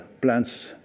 plants